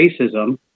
racism